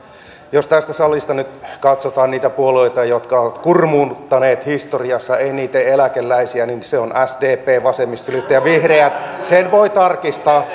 jos tästä salista nyt katsotaan niitä puolueita jotka ovat kurmuuttaneet historiassa eniten eläkeläisiä niin ne ovat sdp vasemmistoliitto ja vihreät sen voi tarkistaa